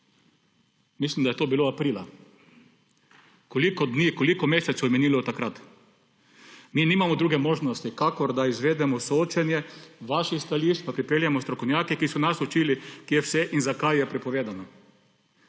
Mislim, da je to bilo aprila. Koliko dni, koliko mesecev je minilo od takrat? Mi nimamo druge možnosti, kakor da izvedemo soočenje vaših stališč, da pripeljemo strokovnjake, ki so nas učili, kje vse in zakaj je prepovedano.